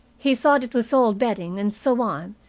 he thought it was old bedding and so on,